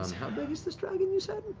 how big is this dragon, you said?